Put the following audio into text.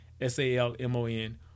S-A-L-M-O-N